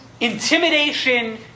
intimidation